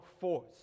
force